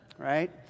Right